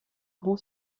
grand